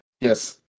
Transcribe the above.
Yes